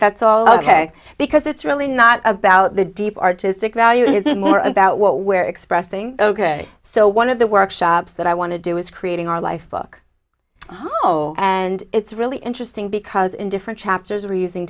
that's all ok because it's really not about the deep artistic value is more about what where expressing ok so one of the workshops that i want to do is creating our life book oh and it's really interesting because in different chapters reducing